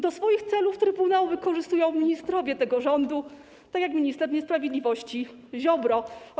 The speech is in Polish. Do swoich celów trybunał wykorzystują ministrowie tego rządu, tak jak minister niesprawiedliwości Ziobro.